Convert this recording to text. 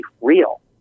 real